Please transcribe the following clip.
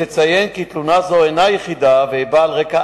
יש לציין כי תלונה זו אינה יחידה והיא באה על רקע